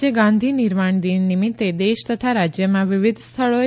આજે ગાંધી નિર્વાણ દિન નિમિત્તે દેશ તથા રાજયમાં વિવિધ સ્થળોએ